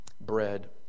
bread